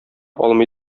алмый